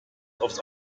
aufs